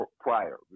prior